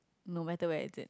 no matter where is it